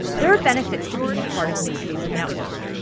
there are benefits to being a part of an exclusive network.